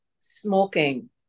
smoking